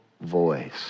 voice